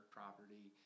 property